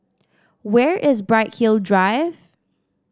where is Bright Hill Drive